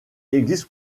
existe